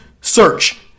Search